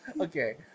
Okay